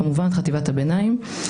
כמובן חטיבת הביניים,